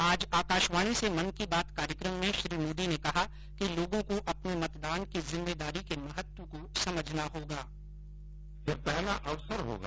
आज आकाशवाणी से मन की बात कार्यक्रम में श्री मोदी ने कहा कि लोगों को अपने मतदान की जिम्मेदारी के महत्व को समझना होगा